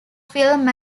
film